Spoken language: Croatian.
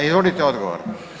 Izvolite odgovor.